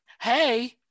hey